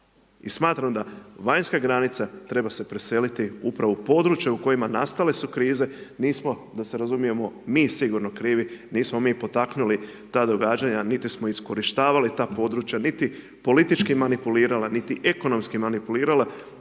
i smatram da vanjska granica treba se preseliti upravo u područje u kojima nastale su krize. Mi smo da se razumijemo, mi sigurno krivi, nismo mi potaknuli ta događanja, niti smo iskorištavali ta područja, niti politički manipulirala, niti ekonomski manipulirala,